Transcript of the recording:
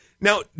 Now